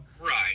Right